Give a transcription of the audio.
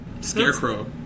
Scarecrow